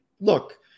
look